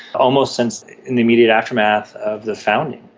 almost since in the immediate aftermath of the founding.